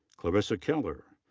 clarissa kehler.